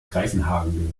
greifenhagen